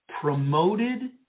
promoted